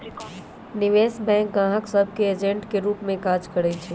निवेश बैंक गाहक सभ के एजेंट के रूप में काज करइ छै